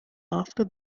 after